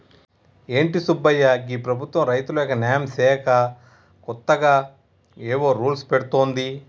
ఏంటి సుబ్బయ్య గీ ప్రభుత్వం రైతులకు న్యాయం సేయక కొత్తగా ఏవో రూల్స్ పెడుతోంది